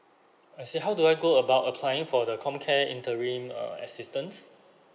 I see how do I go about applying for the comcare interim uh assistance